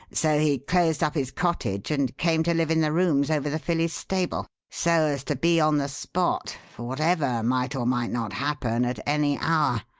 so he closed up his cottage and came to live in the rooms over the filly's stable, so as to be on the spot for whatever might or might not happen at any hour.